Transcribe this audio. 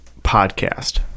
podcast